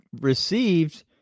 received